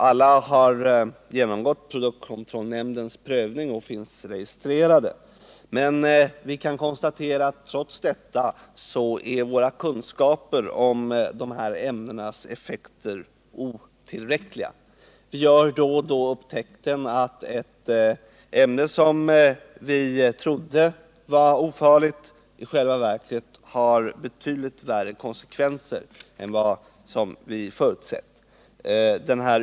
Alla har genomgått produktkontrollnämndens prövning och finns registrerade, men vi kan konstatera att trots detta är våra kunskaper om dessa ämnens effekter otillräckliga. Vi gör då och då upptäckten att ett ämne som vi trodde var ofarligt i själva verket har betydligt värre konsekvenser än vad vi förutsett.